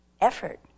effort